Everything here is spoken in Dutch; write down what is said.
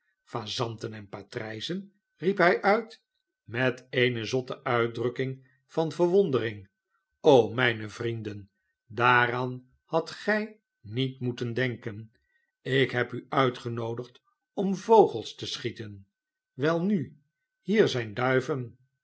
fazanten en patrijzen riep hij uit met eene zotte uitdrukking van verwondering mijne vrienden daaraan hadt gij niet moeten denken ik heb u uitgenoodigd om vogels te schieten welnu hier zijn duiven